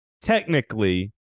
Technically